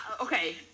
Okay